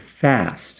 fast